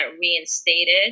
reinstated